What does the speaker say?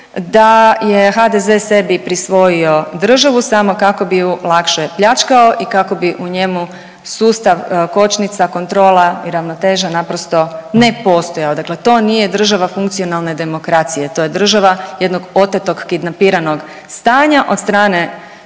da je HDZ sebi prisvojio državu samo kako bi ju lakše pljačkao i kako bi u njemu sustav kočnica, kontrola i ravnoteža naprosto ne postojao. Dakle to nije država funkcionalne demokracije, to je država jednog otetog, kidnapiranog stanja od strane